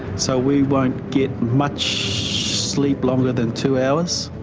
so we won't get much sleep longer than two hours.